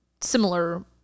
similar